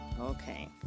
Okay